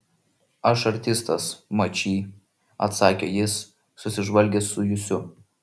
aš artistas mačy atsakė jis susižvalgęs su jusiu